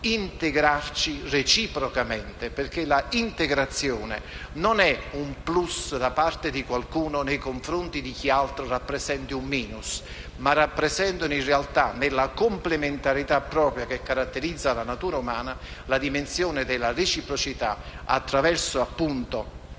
integrarci reciprocamente. La integrazione non è un *plus* da parte di qualcuno nei confronti di chi, altro, rappresenti un *minus.* Rappresenta in realtà, nella complementarietà propria che caratterizza la natura umana, la dimensione della reciprocità che, attraverso la